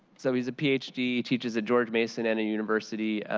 so he's a ph d, teaches at george mason and university,